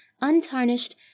untarnished